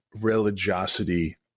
religiosity